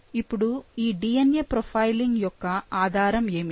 ఇపుడు ఈ DNA profiling యొక్క ఆధారం ఏమిటి